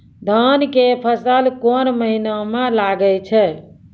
धान के फसल कोन महिना म लागे छै?